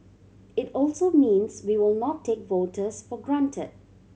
it also means we will not take voters for granted